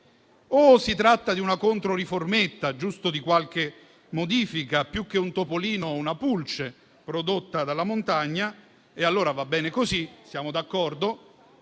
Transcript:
o si tratta di una "controriformetta" o giusto di qualche modifica (più che un topolino, una pulce prodotta dalla montagna) e allora va bene così e siamo d'accordo,